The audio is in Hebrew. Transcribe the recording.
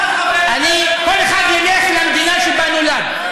כל אחד ילך למדינה שבה הוא נולד.